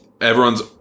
everyone's